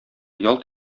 ялт